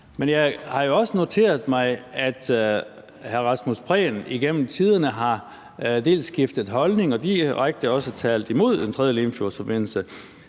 Men jeg har jo også noteret mig, at hr. Rasmus Prehn igennem tiderne har skiftet holdning om og også direkte talt imod en tredje Limfjordsforbindelse.